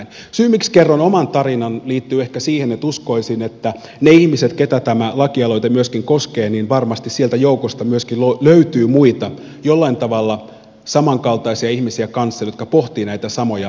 syy miksi kerron oman tarinani liittyy ehkä siihen että uskoisin että myöskin niiden ihmisten joukosta joita tämä lakialoite myöskin koskee varmasti löytyy muita jollain tavalla kanssani samankaltaisia ihmisiä jotka pohtivat näitä samoja näkökulmia